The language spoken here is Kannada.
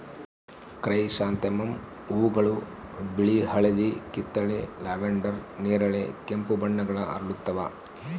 ಕ್ರೈಸಾಂಥೆಮಮ್ ಹೂವುಗಳು ಬಿಳಿ ಹಳದಿ ಕಿತ್ತಳೆ ಲ್ಯಾವೆಂಡರ್ ನೇರಳೆ ಕೆಂಪು ಬಣ್ಣಗಳ ಅರಳುತ್ತವ